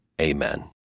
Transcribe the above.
Amen